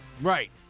Right